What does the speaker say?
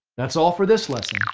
that's all for this lesson.